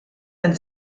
ein